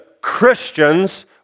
Christians